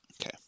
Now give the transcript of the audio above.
Okay